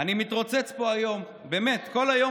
אני מתרוצץ פה היום, באמת כל היום